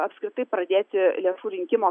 apskritai pradėti lėšų rinkimo